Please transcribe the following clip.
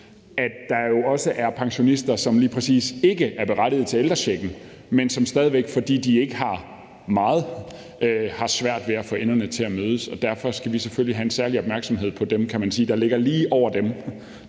at der jo også er pensionister, som lige præcis ikke er berettiget til ældrechecken, men som stadig væk, fordi de ikke har meget, har svært ved at få enderne til at mødes. Derfor skal vi selvfølgelig have en særlig opmærksomhed på dem, der, kan man sige, ligger lige over dem,